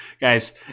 Guys